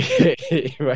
Right